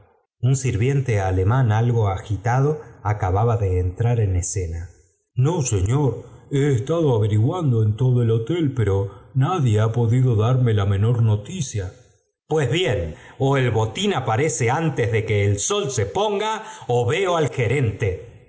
un sirviente alemán algo agitado acababa de entrar en escena no señor he eetado averiguando en todo el hotel pero nadie ha podido darme la menor noticia pues bien ó el botín aparece antes de que el sol se ponga ó veo al gerente